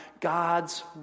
God's